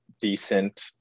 decent